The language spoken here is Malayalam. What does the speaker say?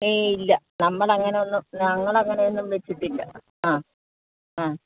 ഏയ് ഇല്ല നമ്മളങ്ങനൊന്നും ഞങ്ങളങ്ങനൊന്നും വെച്ചിട്ടില്ല ആ ആ